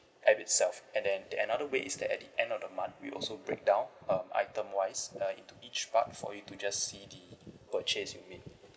app itself and then the another way is that at the end of the month we also breakdown um item wise uh into each part for you to just see the purchase you made